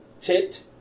Tit